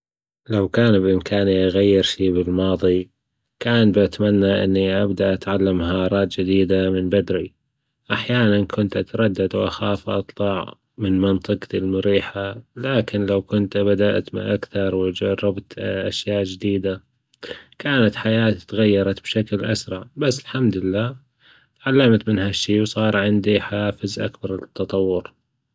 لو كان بإمكاني أغير شي بالماضي كان بأتمنى إني أبدأ أتعلم مهارات جديدة من بدري، أحيانا كنت أتردد وأخاف أطلع من منطقتي المريحة لكن لو كنت بدأت بأكثر وجربت أشياء جديدة كانت حياتي اتغيرت بشكل أسرع، بس الحمد لله إتعلمت من هالشي وصار عندي حافز أكبر للتطور.